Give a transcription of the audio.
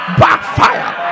backfire